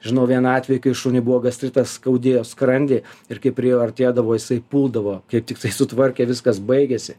žinau vieną atvejį kai šuniui buvo gastritas skaudėjo skrandį ir kai prie jo artėdavo jisai puldavo kaip tiktai sutvarkė viskas baigėsi